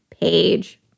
page